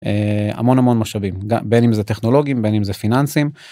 המון המון משאבים, בין אם זה טכנולוגים, בין אם זה פיננסים.